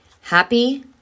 happy